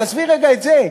אבל עזבי רגע את זה,